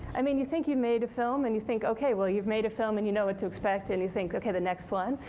i mean, you think you've made a film, and you think, okay, well, you've made a film, and you know what to expect. and you think, okay, the next one,